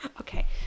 Okay